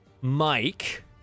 Mike